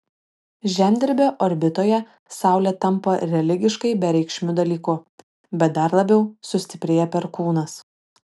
žemdirbio orbitoje saulė tampa religiškai bereikšmiu dalyku bet dar labiau sustiprėja perkūnas